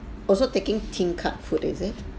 also taking tingkat food is it